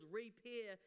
repair